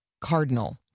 cardinal